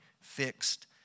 fixed